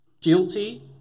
guilty